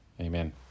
Amen